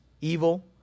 evil